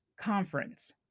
conference